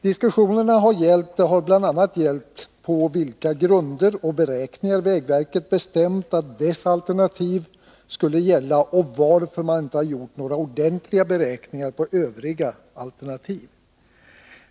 Diskussionerna har bl.a. rört på vilka grunder och beräkningar vägverket bestämt att dess alternativ skulle gälla och varför man inte har gjort några ordentliga beräkningar för övriga alternativ.